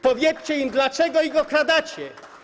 Powiedzcie im, dlaczego ich okradacie.